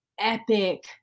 epic